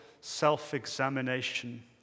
self-examination